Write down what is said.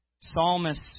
Psalmist